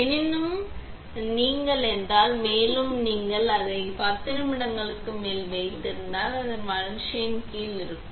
எனினும் நீங்கள் என்றால் மேலும் நீங்கள் அதை 10 நிமிடங்களுக்கு மேல் வைத்திருந்தால் அது வளர்ச்சியின் கீழ் இருக்கும்